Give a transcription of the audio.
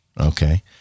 Okay